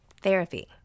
Therapy